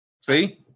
See